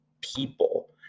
people